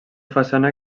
façana